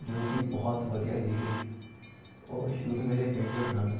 ਜੋ ਕਿ ਬਹੁਤ ਵਧੀਆ ਸੀਗੇ ਉਹ ਸ਼ੂਜ਼ ਮੇਰੇ ਫੇਵਰੇਟ ਹਨ